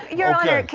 your honor,